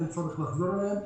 ואין צורך לחזור עליהם.